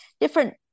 different